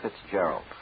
Fitzgerald